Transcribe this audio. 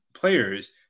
players